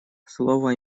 слово